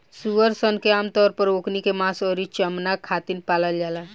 सूअर सन के आमतौर पर ओकनी के मांस अउरी चमणा खातिर पालल जाला